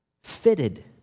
fitted